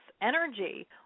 energy